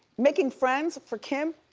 making friends for kim,